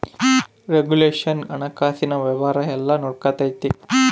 regulation ಹಣಕಾಸಿನ ವ್ಯವಹಾರ ಎಲ್ಲ ನೊಡ್ಕೆಂತತೆ